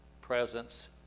presence